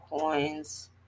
coins